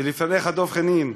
ולפניך, דב חנין.